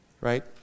Right